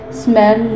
smell